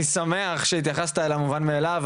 אני שמח שהתייחסת אל המובן מאליו,